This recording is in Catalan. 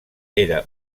era